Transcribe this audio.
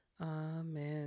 Amen